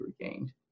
regained